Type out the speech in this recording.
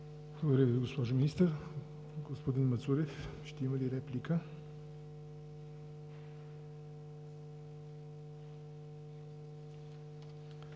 Ви, госпожо Министър. Господин Мацурев, ще има ли реплика?